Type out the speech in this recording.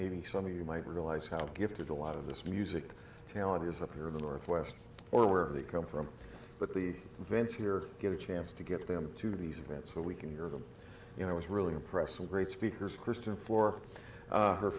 maybe some of you might realize how gifted a lot of this music talent is up here in the northwest or wherever they come from but these events here give a chance to get them to these events so we can hear them you know i was really impressed some great speakers kristen for